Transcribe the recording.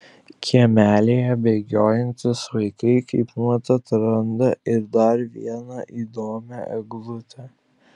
kiemelyje bėgiojantys vaikai kaip mat atranda ir dar vieną įdomią eglutę